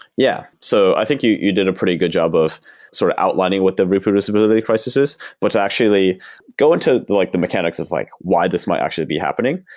yeah. so i think you you did a pretty good job of sort of outlining what the reproducibility crisis is, but to actually go into the like the mechanics is like why this might actually be happening.